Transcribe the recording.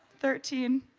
thirteen.